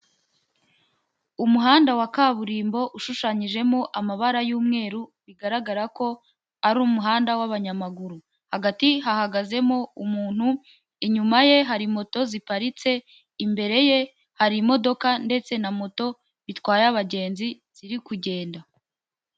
Umuhanda wa kaburimbo, ushushanyijemo amabara y'umweru, bigaragara ko ari umuhanda w'abanyamaguru, hagati hahagazemo umuntu, inyuma ye hari moto ziparitse, imbere ye hari imodoka ndetse na moto zitwaye abagenzi, ziri kugenda.